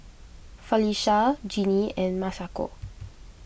Felisha Jeanie and Masako